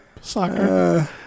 soccer